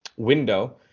window